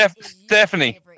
Stephanie